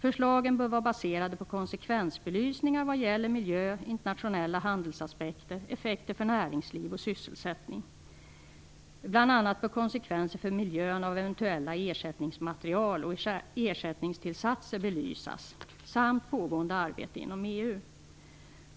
Förslagen bör vara baserade på konsekvensbelysningar vad gäller miljö, internationella handelsaspekter samt effekter för näringsliv och sysselsättning. Bl.a. bör konsekvenser för miljön av eventuella ersättningsmaterial och ersättningstillsatser belysas samt pågående arbete inom EU.